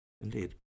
Indeed